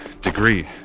degree